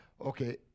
Okay